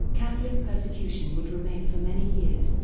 catholic persecution would remain for many years,